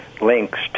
links